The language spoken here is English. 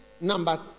number